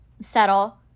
settle